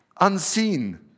Unseen